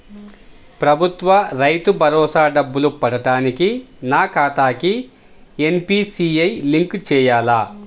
ప్రభుత్వ రైతు భరోసా డబ్బులు పడటానికి నా ఖాతాకి ఎన్.పీ.సి.ఐ లింక్ చేయాలా?